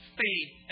faith